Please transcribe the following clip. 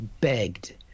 begged